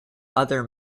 other